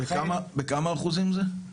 כמה אחוזים זה?